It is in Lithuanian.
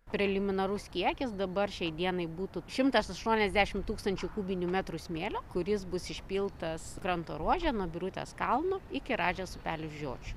preliminarus kiekis dabar šiai dienai būtų šimtas aštuoniasdešim tūkstančių kubinių metrų smėlio kuris bus išpiltas kranto ruože nuo birutės kalno iki rąžės upelio žiočių